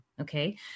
Okay